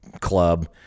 club